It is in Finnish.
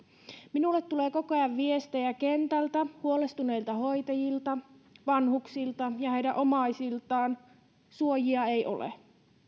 minulle tulee koko ajan viestejä kentältä huolestuneilta hoitajilta vanhuksilta ja heidän omaisiltaan suojia ei ole